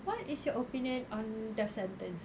what is your opinion on the sentence